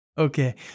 Okay